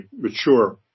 mature